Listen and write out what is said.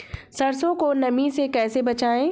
सरसो को नमी से कैसे बचाएं?